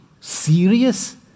serious